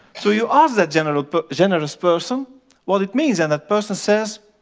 so you ask that generous but generous person what it means, and that person says,